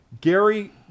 gary